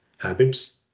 habits